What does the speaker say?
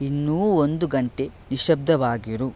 ಇನ್ನೂ ಒಂದು ಗಂಟೆ ನಿಶ್ಶಬ್ದವಾಗಿರು